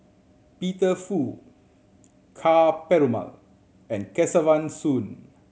Peter Fu Ka Perumal and Kesavan Soon